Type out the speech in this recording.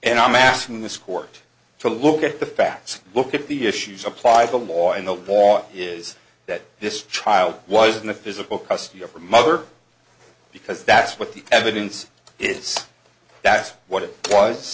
and i'm asking this court to look at the facts look at the issues apply the law and the law is that this child was in the physical custody of her mother because that's what the evidence is that's what it was